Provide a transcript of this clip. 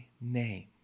name